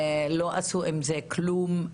לא עשו עם זה כלום.